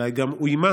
אולי גם אוימה,